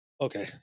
Okay